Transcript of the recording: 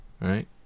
right